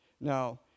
Now